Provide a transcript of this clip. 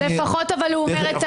לפחות הוא אומר את האמת.